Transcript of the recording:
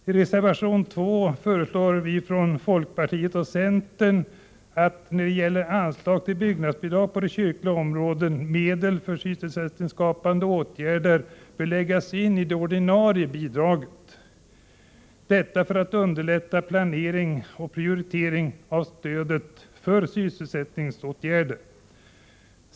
I reservation nr 2 föreslår vi från folkpartiet och centern att, när det gäller anslaget till byggnadsbidrag på det kyrkliga området, medel för sysselsättningsskapande åtgärder läggs in i det ordinarie bidraget — detta för att underlätta planering och prioritering av stödet för sysselsättningsåtgärder.